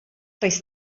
does